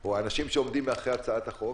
או האנשים שעומדים מאחורי הצעת החוק,